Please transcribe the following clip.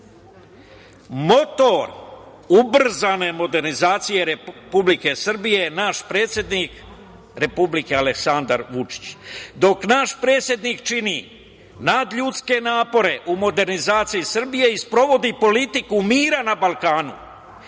Motor ubrzane modernizacije Republike Srbije je naš predsednik Republike, Aleksandar Vučić. Dok naš predsednik čini nadljudski napore u modernizaciji Srbije i sprovodi politiku mira na Balkanu